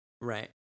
Right